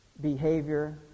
behavior